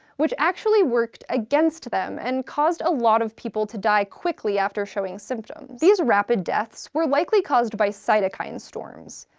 which actually worked against them and caused a lot of people to die quickly after showing symptoms. these rapid deaths were likely caused by cytokine storms,